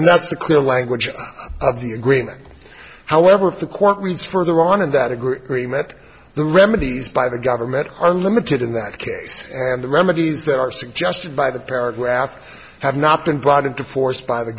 and that's the clear language of the agreement however if the court reads further on in that agreement the remedies by the government are limited in that case and the remedies that are suggested by the paragraph have not been brought into force by the